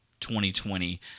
2020